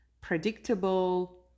predictable